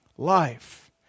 Life